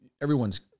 everyone's